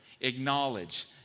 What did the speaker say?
Acknowledge